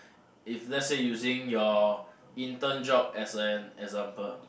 if let say using your intern job as an example